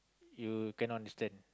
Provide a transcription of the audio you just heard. you cannot understand